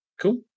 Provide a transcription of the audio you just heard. cool